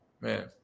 Man